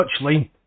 touchline